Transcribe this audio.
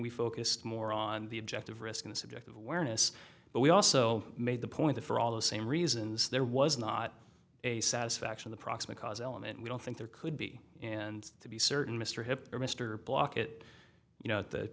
we focused more on the objective risk in the subject of awareness but we also made the point that for all the same reasons there was not a satisfaction the proximate cause element we don't think there could be and to be certain mr hip or mr block it you know